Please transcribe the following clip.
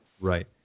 Right